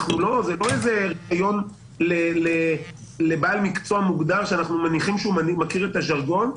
זה לא איזה עלון לבעל מקצוע מוגדר שאנחנו מניחים שמכיר את הז'רגון,